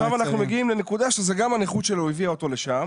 עכשיו אנחנו מגיעים לנקודה שבה זו גם הנכות שלו שהביאה אותו לשם.